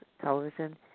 television